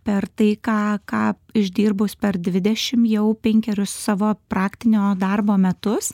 per tai ką ką išdirbus per dvidešim jau penkerius savo praktinio darbo metus